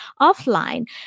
offline